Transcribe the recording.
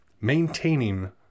maintaining